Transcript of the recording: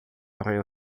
arranha